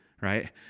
right